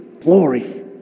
Glory